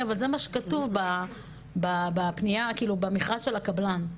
"אבל זה מה שכתוב בפניה ובמכרז של הקבלן",